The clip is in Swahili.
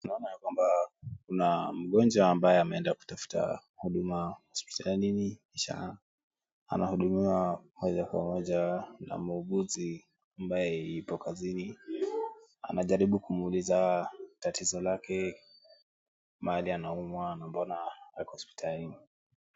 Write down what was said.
Naona ya kwamba kuna mgonjwa ambaye ameenda kutafuta huduma hospitalini. Kisha anahudumiwa pamoja na muuguzi ambaye ipo kazini. Anajaribu kumuuliza tatizo lake, mahali anaumwa, na mbona ako hospitalini.